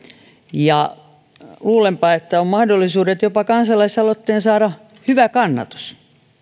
ja luulenpa että on mahdollisuudet jopa kansalaisaloitteen saada hyvä kannatus